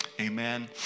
Amen